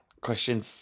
Question